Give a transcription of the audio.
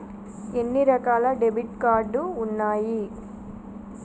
ఎన్ని రకాల debit card ఉన్నాయి?